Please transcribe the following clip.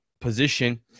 position